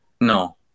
no